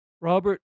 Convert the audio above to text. Robert